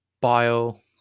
bio